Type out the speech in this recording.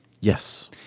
Yes